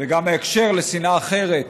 וגם להקשר לשנאה אחרת,